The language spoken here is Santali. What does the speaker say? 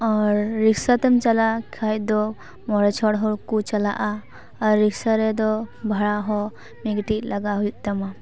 ᱟᱨ ᱨᱤᱠᱥᱟ ᱛᱮᱢ ᱪᱟᱞᱟᱜ ᱠᱷᱟᱡ ᱫᱚ ᱢᱚᱬᱮ ᱪᱷᱚᱲ ᱦᱚᱲ ᱠᱚ ᱪᱟᱞᱟᱜᱼᱟ ᱟᱨ ᱨᱤᱠᱥᱟ ᱨᱮᱫᱚ ᱵᱷᱟᱲᱟ ᱦᱚᱸ ᱢᱤᱫ ᱠᱟᱹᱴᱤᱡ ᱞᱟᱜᱟᱣ ᱦᱩᱭᱩᱜ ᱛᱟᱢᱟ